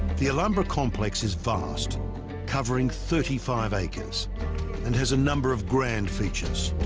the alumbra complex is vast covering thirty five acres and has a number of grand features